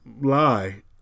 lie